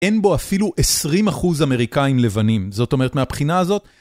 אין בו אפילו 20% אמריקאים לבנים, זאת אומרת, מהבחינה הזאת...